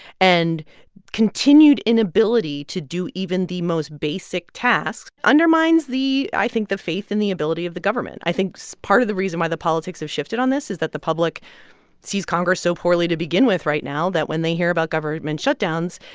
and continued inability to do even the most basic tasks undermines the i think the faith in the ability of the government. i think so part of the reason why the politics have shifted on this is that the public sees congress so poorly to begin with right now that when they hear about government shutdowns,